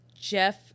Jeff